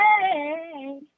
Hey